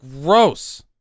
Gross